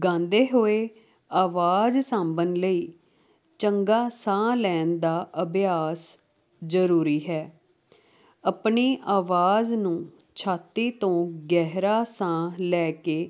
ਗਾਉਂਦੇ ਹੋਏ ਆਵਾਜ਼ ਸਾਂਭਣ ਲਈ ਚੰਗਾ ਸਾਹ ਲੈਣ ਦਾ ਅਭਿਆਸ ਜ਼ਰੂਰੀ ਹੈ ਆਪਣੀ ਆਵਾਜ਼ ਨੂੰ ਛਾਤੀ ਤੋਂ ਗਹਿਰਾ ਸਾਹ ਲੈ ਕੇ